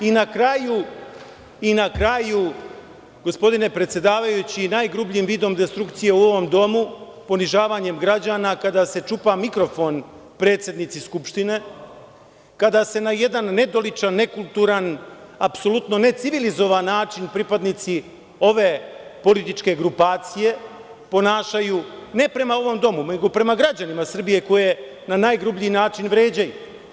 I na kraju, gospodine predsedavajući, najgrubljim vidom destrukcije u ovom Domu, ponižavanjem građana kada se čupa mikrofon predsednici Skupštine, kada se na jedan nedoličan, nekulturan, apsolutno necivilizovan način pripadnici ove političke grupacije ponašaju, ne prema ovom Domu nego prema građanima Srbije koje na najdublji način vređaju.